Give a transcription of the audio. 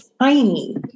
tiny